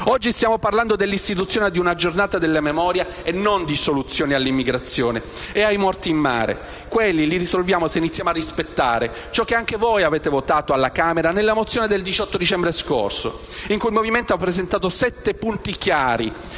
Oggi stiamo parlando dell'istituzione di una giornata della memoria e non di soluzioni alla immigrazione e ai morti in mare; quelli li risolviamo se iniziamo a rispettare ciò che anche voi avete votato alla Camera nella mozione del 18 dicembre scorso, in cui il Movimento 5 Stelle ha presentato sette punti chiari